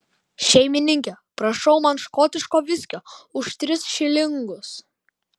šeimininke prašau man škotiško viskio už tris šilingus